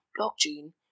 Blockchain